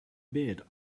bed